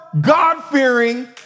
God-fearing